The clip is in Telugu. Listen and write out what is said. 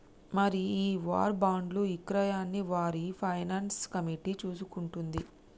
మరి ఈ వార్ బాండ్లు ఇక్రయాన్ని వార్ ఫైనాన్స్ కమిటీ చూసుకుంటుంది